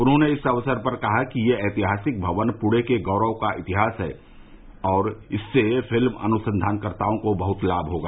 उन्होंने इस अवसर पर कहा कि यह ऐतिहासिक भवन पुणे के गौरव का हिस्सा है और इससे फिल्म अनुसंधानकर्ताओं को बहुत लाभ होगा